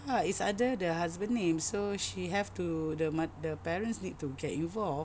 ah it's under the husband's name so she have to the mother the parents need to get involved